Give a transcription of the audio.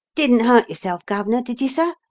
didn't hurt yourself, gov'nor, did you, sir?